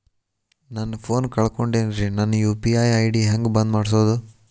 ನನ್ನ ಫೋನ್ ಕಳಕೊಂಡೆನ್ರೇ ನನ್ ಯು.ಪಿ.ಐ ಐ.ಡಿ ಹೆಂಗ್ ಬಂದ್ ಮಾಡ್ಸೋದು?